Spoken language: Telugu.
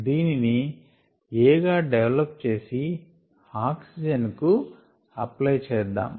దీనిని A గా డెవెలప్ చేసి ఆక్సిజన్ కు అప్ప్లై చేద్దాము